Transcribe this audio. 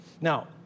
Now